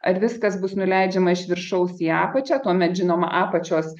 ar viskas bus nuleidžiama iš viršaus į apačią tuomet žinoma apačios